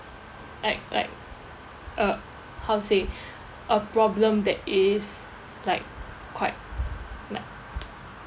act like uh how to say a problem that is like quite like